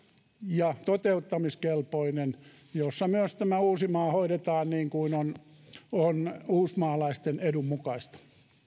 ja toteuttamiskelpoinen ja jossa myös tämä uusimaa hoidetaan niin kuin on on uusmaalaisten edun mukaista